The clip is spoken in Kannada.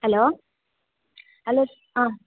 ಹಲೋ ಹಲೋ ಹಾಂ